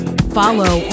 Follow